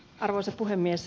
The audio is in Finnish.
arvoisa puhemies